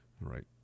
right